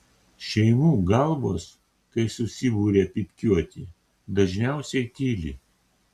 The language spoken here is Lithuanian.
šeimų galvos kai susiburia pypkiuoti dažniausiai tyli